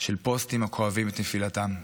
לפוסטים הכואבים את נפילתם.